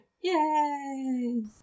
Yay